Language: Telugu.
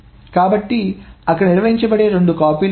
కాబట్టిఅక్కడ నిర్వహించబడే రెండు కాపీలు ఉన్నాయి